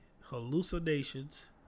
hallucinations